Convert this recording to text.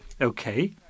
Okay